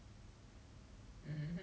I don't know live luxuriously